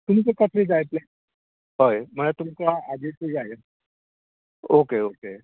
तुमका कसलें जाय आसलें हय म्हळ्यार तुमका आदलें दिसा जाय ओके ओके